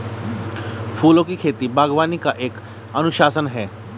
फूलों की खेती, बागवानी का एक अनुशासन है